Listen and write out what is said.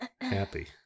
happy